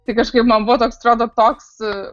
tai kažkaip man buvo toks atrodo toks